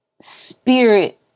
Spirit